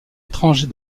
étranger